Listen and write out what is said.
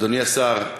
אדוני השר,